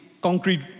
concrete